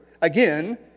again